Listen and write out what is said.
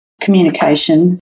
communication